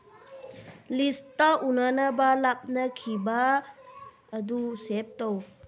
list ꯎꯅꯅꯕ ꯂꯥꯛꯅꯈꯤꯕ ꯑꯗꯨ ꯁꯦꯞ ꯇꯧ